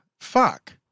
fuck